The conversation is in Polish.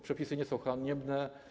Przepisy nie są haniebne.